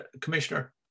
commissioner